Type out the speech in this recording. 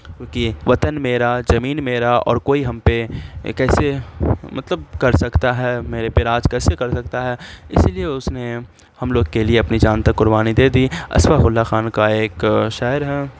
کیوںکہ وطن میرا جمین میرا اور کوئی ہم پہ کیسے مطلب کر سکتا ہے میرے پہ راج کیسے کر سکتا ہے اسی لیے اس نے ہم لوگ کے لیے اپنی جان تک قربانی دے دی اسفاق اللہ خان کا ایک شعر ہے